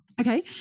Okay